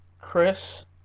Chris